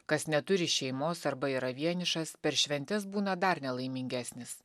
kas neturi šeimos arba yra vienišas per šventes būna dar nelaimingesnis